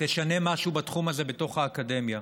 תשנה משהו בתחום הזה בתוך האקדמיה.